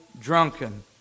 drunken